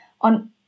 on